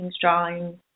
drawings